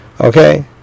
Okay